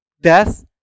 death